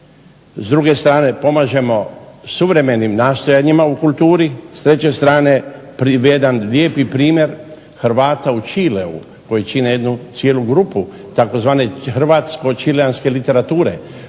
s druge strane pomažemo suvremenim nastojanjima u kulturi, s treće strane … lijepi primjer Hrvata u Čileu koji čine jednu cijelu grupu tzv. Hrvatsko-čileanske literature